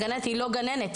ואומרת שהיא לא גננת.